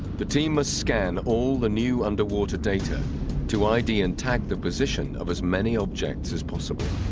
the team must scan all the new underwater data to id and tag the position of as many objects as possible